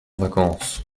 vacances